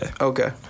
Okay